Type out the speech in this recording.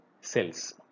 cells